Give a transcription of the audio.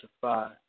five